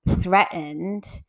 threatened